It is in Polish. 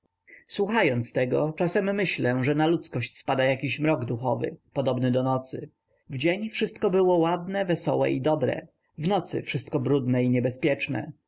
słuchając tego czasem myślę że na ludzkość spada jakiś mrok duchowy podobny do nocy w dzień wszystko było ładne wesołe i dobre w nocy wszystko brudne i niebezpieczne